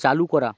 চালু করা